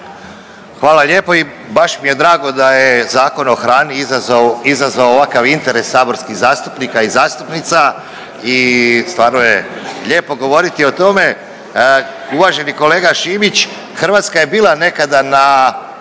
Hvala lijepo. I baš mi je drago da je Zakon o hrani izazvao ovakav interes saborskih zastupnika i zastupnica i stvarno je lijepo govoriti o tome. Uvaženi kolega Šimić, Hrvatska je bila nekada na